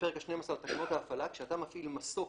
הפרק ה-12 לתקנות ההפעלה, כשאתה מפעיל מסוק